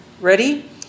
Ready